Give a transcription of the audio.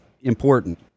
important